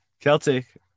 Celtic